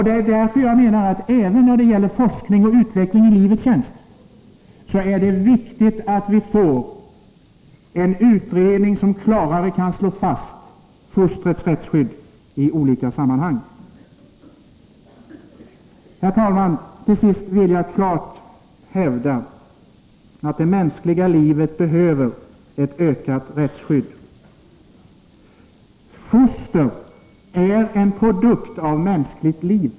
Det är därför jag menar att det, även när det gäller forskning och utveckling i livets tjänst, är viktigt att vi får en utredning som klarare kan slå fast fostrets rättsskydd i olika sammanhang. Herr talman! Jag vill till sist bestämt hävda att det mänskliga livet behöver ett ökat rättsskydd. Foster är en produkt av mänskligt liv.